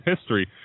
history